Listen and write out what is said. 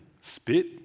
Spit